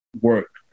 work